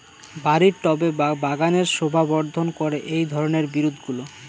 বাড়ির টবে বা বাগানের শোভাবর্ধন করে এই ধরণের বিরুৎগুলো